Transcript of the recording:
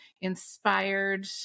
inspired